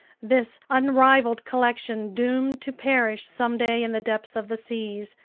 this unrivaled collection doomed to perish someday in the depths of the seas,